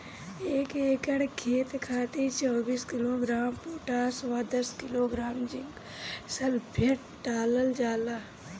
एक एकड़ खेत खातिर चौबीस किलोग्राम पोटाश व दस किलोग्राम जिंक सल्फेट डालल जाला?